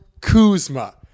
Kuzma